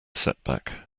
setback